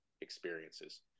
experiences